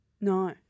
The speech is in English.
No